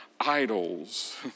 idols